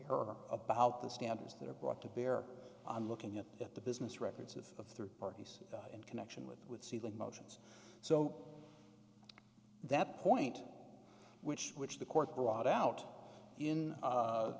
her about the standards that are brought to bear on looking at the business records of third parties in connection with with sealing motions so that point which which the court brought out in